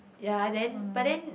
ya then but then